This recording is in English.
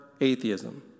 atheism